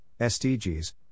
SDGs